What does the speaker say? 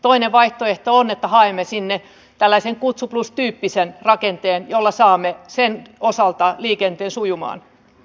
toinen vaihtoehto on että haemme sinne tällaisen kutsuplus tyyppisen rakenteen jolla saamme sen osalta liikenteen sujumaan